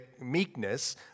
meekness